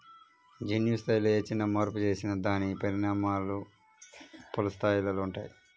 జన్యు స్థాయిలో ఏ చిన్న మార్పు చేసినా దాని పరిణామాలు పలు స్థాయిలలో ఉంటాయి